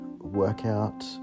Workout